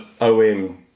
OM